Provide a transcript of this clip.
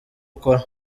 ukora